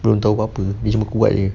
belum tahu apa dia cuma kuat saje